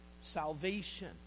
salvation